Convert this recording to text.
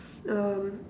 um